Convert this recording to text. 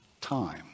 time